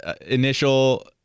initial